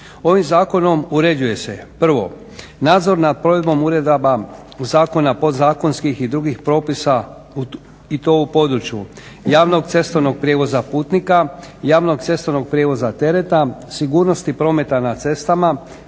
Ovim zakonom uređuje se, prvo nadzor nad provedbom uredaba zakona podzakonskih i drugih propisa i to u području javnog cestovnog prijevoza putnika, javnog cestovnog prijevoza tereta, sigurnosti prometa na cestama,